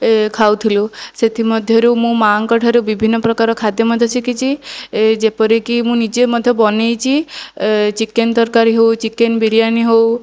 ଏ ଖାଉଥିଲୁ ସେଥିମଧ୍ୟରୁ ମୁଁ ମା'ଙ୍କଠାରୁ ବିଭିନ୍ନ ପ୍ରକାର ଖାଦ୍ୟ ମଧ୍ୟ ଶିଖିଛି ଏ ଯେପରିକି ମୁଁ ନିଜେ ମଧ୍ୟ ଯେମିତି ବନାଇଛି ଚିକେନ ତରକାରୀ ହେଉ ଚିକେନ ବିରିଆନୀ ହେଉ